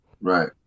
right